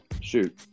Shoot